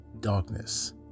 darkness